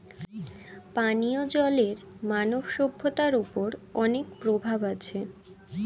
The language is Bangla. পানিও জলের মানব সভ্যতার ওপর অনেক প্রভাব আছে